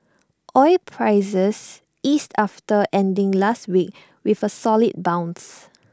oil prices eased after ending last week with A solid bounce